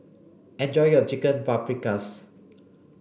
enjoy your Chicken Paprikas